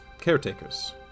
caretakers